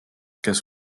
kes